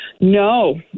No